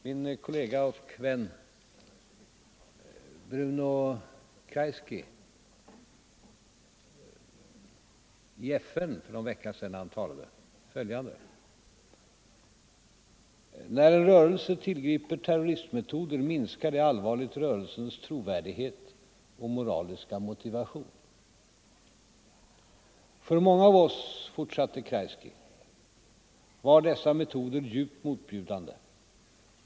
Min kollega och vän Bruno Kreisky sade i FN för någon vecka sedan: ”När en rörelse tillgriper terroristmetoder minskar det allvarligt rörelsens trovärdighet och moraliska motivation. För många av oss var dessa metoder djupt motbjudande.